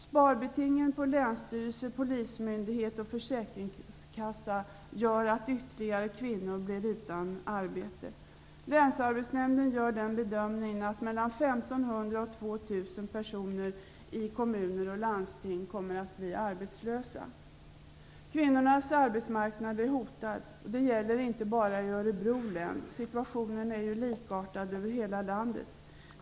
Sparbetingen på länsstyrelse, polismyndighet och försäkringskassa gör att ytterligare kvinnor blir utan arbete. Länsarbetsnämnden gör den bedömningen att mellan 1 500 och 2 000 personer i kommuner och landsting kommer att bli arbetslösa. Kvinnornas arbetsmarknad är hotad. Det gäller inte bara i Örebro län. Situationen är ju likartad över hela landet.